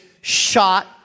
shot